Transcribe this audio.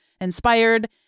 inspired